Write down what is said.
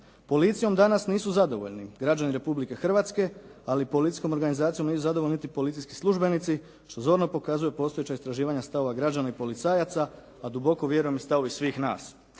Policijom danas nisu zadovoljni građani Republike Hrvatske, ali policijskom organizacijom nisu zadovoljni niti policijski službenici što zorno pokazuje postojeća istraživanja stavova građana i policajaca, a duboko vjerujem i stavovi svih nas.